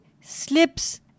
slips